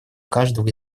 каждого